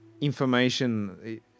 information